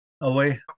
away